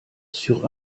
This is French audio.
sur